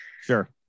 Sure